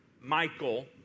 Michael